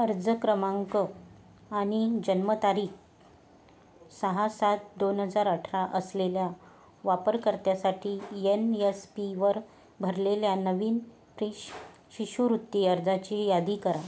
अर्ज क्रमांक आणि जन्मतारिख सहा सात दोन हजार अठरा असलेल्या वापरकर्त्यासाठी येन यस पीवर भरलेल्या नवीन फ्रिश शिष्यवृत्ती अर्जाची यादी करा